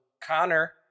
connor